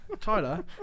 Tyler